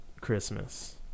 Christmas